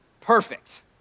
perfect